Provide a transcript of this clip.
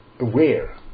aware